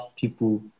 people